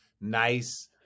nice